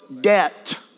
debt